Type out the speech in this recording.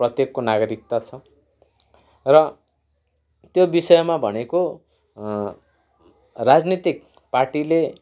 प्रत्येकको नागरिकता छ र त्यो विषयमा भनेको राजनैतिक पार्टीले